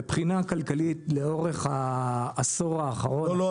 מבחינה כלכלית לאורך העשור האחרון --- לא,